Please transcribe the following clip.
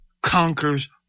conquers